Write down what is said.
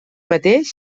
mateix